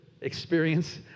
experience